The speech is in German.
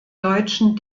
deutschen